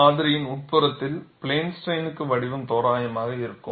மாதிரியின் உட்புறத்தில் plane strain க்கு வடிவம் தோராயமாக இருக்கும்